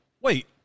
Wait